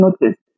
noticed